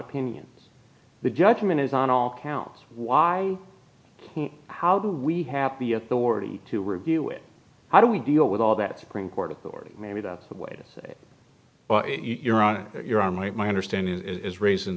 opinions the judgment is on all counts why how do we have the authority to review it how do we deal with all that supreme court authority maybe that's the way to say but you're on your own right my understanding is raising